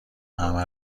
همه